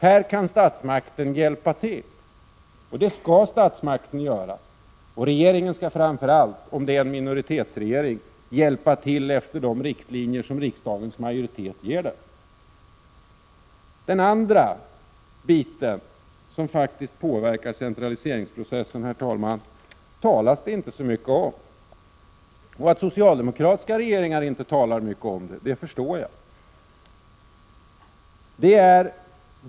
Här kan statsmakten hjälpa till, och det skall statsmakten göra. Regeringen skall, framför allt om det är en minoritetsregering, hjälpa till efter de riktlinjer som riksdagens majoritet ger. Den andra biten som påverkar centraliseringsprocessen, herr talman, talas det inte så mycket om. Att socialdemokratiska regeringar inte talar mycket om den förstår jag.